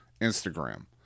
instagram